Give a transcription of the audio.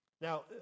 Now